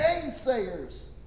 gainsayers